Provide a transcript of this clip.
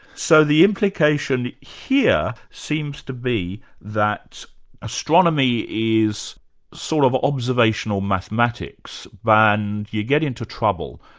so the implication here seems to be that astronomy is sort of observational mathematics, but and you get into trouble,